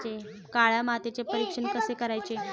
काळ्या मातीचे परीक्षण कसे करायचे?